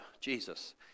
Jesus